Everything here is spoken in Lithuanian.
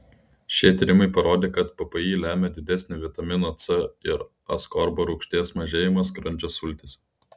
šie tyrimai parodė kad ppi lemia didesnį vitamino c ir askorbo rūgšties mažėjimą skrandžio sultyse